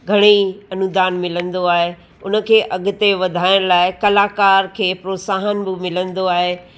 घणेई अनुधान मिलंदो आहे उन खे अॻिते वधाइण लाइ कलाकार खे प्रोत्साहन बि मिलंदो आहे